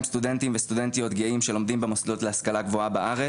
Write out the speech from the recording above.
סטודנטים וסטודנטיות גאים שלומדים במוסדות להשכלה גבוהה בארץ,